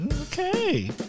Okay